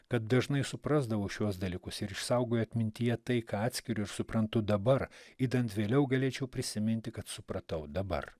kad dažnai suprasdavau šiuos dalykus ir išsaugojo atmintyje tai ką atskiriu ir suprantu dabar idant vėliau galėčiau prisiminti kad supratau dabar